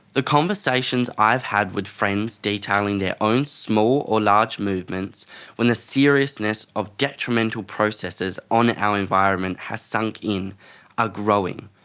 the conversations i've had with friends detailing their own small or large movements when the seriousness of detrimental processes on our environment has sunk in are growing.